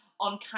on